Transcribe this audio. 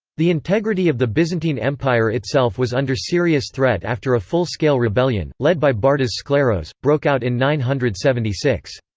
the integrity of the byzantine empire itself was under serious threat after a full-scale rebellion, led by bardas skleros, broke out in nine hundred and seventy six.